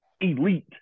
elite